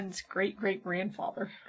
great-great-grandfather